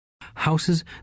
houses